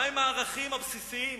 מה הם הערכים הבסיסיים